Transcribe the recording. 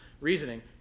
reasoning